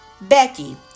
Becky